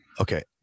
Okay